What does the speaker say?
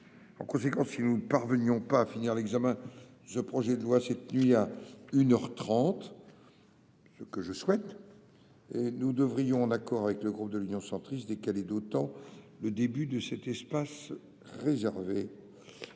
En conséquence, si nous ne parvenions pas à finir l'examen de ce projet de loi cette nuit à une heure trente, nous devrions, en accord avec nos collègues de l'Union Centriste, décaler d'autant le début de cet espace réservé.